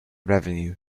revenue